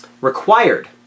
required